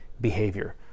behavior